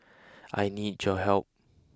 I need your help